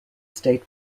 state